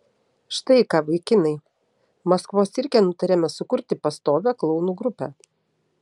štai ką vaikinai maskvos cirke nutarėme sukurti pastovią klounų grupę